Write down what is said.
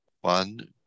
One